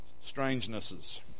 strangenesses